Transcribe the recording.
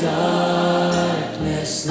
darkness